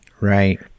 Right